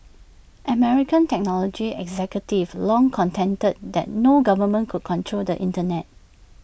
American technology executives long contended that no government could control the Internet